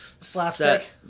slapstick